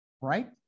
right